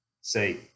say